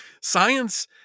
Science